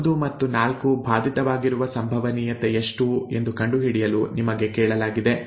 1 ಮತ್ತು 4 ಬಾಧಿತವಾಗಿರುವ ಸಂಭವನೀಯತೆ ಎಷ್ಟು ಎಂದು ಕಂಡುಹಿಡಿಯಲು ನಿಮಗೆ ಕೇಳಲಾಗಿದೆ